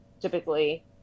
typically